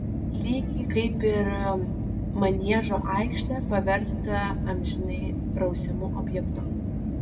lygiai kaip ir maniežo aikštę paverstą amžinai rausiamu objektu